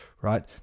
right